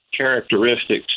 characteristics